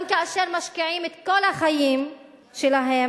גם כאשר משקיעים את כל החיים שלהם,